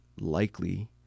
likely